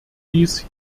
dies